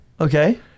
Okay